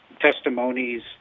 testimonies